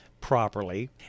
properly